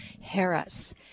Harris